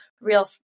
real